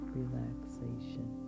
relaxation